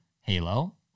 Halo